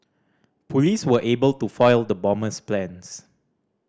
police were able to foil the bomber's plans